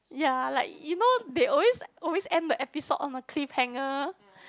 ya like you know they always always end the episode on a cliff hanger